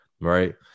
right